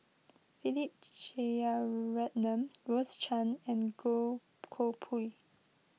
Philip Jeyaretnam Rose Chan and Goh Koh Pui